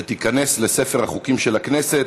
ותיכנס לספר החוקים של המדינה.